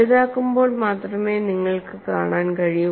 വലുതാക്കുമ്പോൾ മാത്രമേ നിങ്ങൾക്ക് കാണാൻ കഴിയൂ